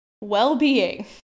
well-being